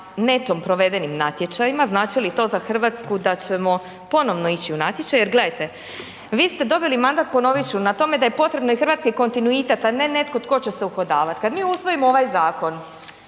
netom provedenim natječajima, znači li to za RH da ćemo ponovno ići u natječaj? Jel gledajte, vi ste dobili mandat, ponovit ću, na tome da je potrebno i hrvatski kontinuitet, a ne netko tko će se uhodavat. Kad mi usvojimo ovaj zakon,